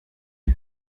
żal